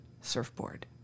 surfboard